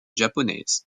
japonaise